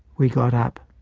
we got up.